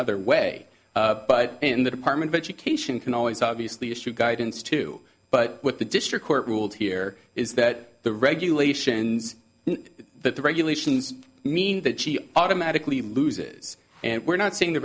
other way but in the department of education can always obviously issue guidance too but what the district court ruled here is that the regulations that the regulations mean that she automatically loses and we're not saying the